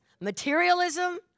materialism